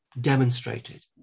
demonstrated